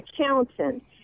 accountant